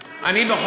אופן,